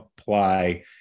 apply